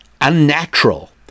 unnatural